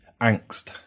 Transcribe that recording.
angst